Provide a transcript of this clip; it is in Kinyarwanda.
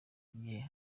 igihe